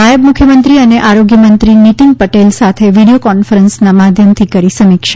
નાયબ મુખ્યમંત્રી અને આરોગ્યમંત્રી નીતિન પટેલ સાથે વિડિયો કોન્ફરન્સના માધ્યમથી કરી સમીક્ષા